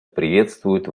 приветствует